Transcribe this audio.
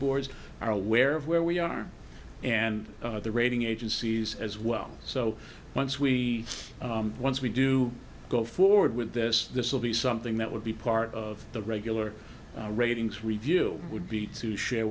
boards are aware of where we are and the rating agencies as well so once we once we do go forward with this this will be something that would be part of the regular ratings review would be to share